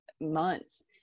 months